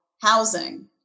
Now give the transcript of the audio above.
housing